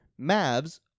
MAVs